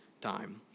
time